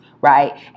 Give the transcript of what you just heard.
Right